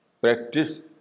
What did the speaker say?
practice